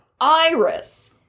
Iris